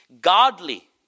godly